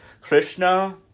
Krishna